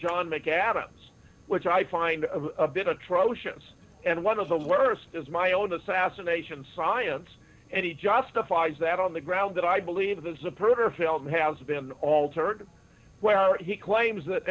john mcadams which i find a bit atrocious and one of the worst is my own assassination science and he justifies that on the ground that i believe the printer film has been altered where he claims that